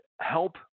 help